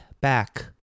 back